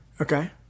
Okay